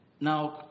Now